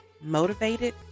motivated